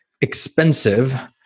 expensive